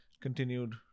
continued